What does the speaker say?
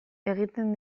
egiten